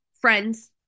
friends